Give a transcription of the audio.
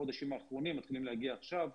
החודשים האחרונים מתחילות להגיע עכשיו,